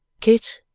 kit,